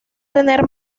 tener